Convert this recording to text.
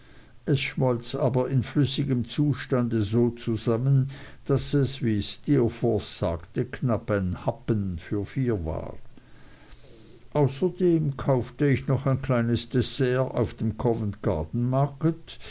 es schmolz aber in flüssigem zustand so zusammen daß es wie steerforth sagte knapp ein happen für vier war außerdem kaufte ich noch ein kleines dessert auf dem covent garden